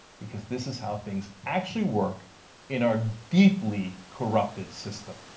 because this is how things actually work in our deeply corrupted system.